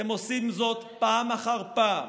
אתם עושים זאת פעם אחר פעם